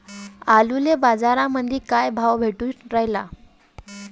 आलूले बाजारामंदी काय भाव भेटून रायला?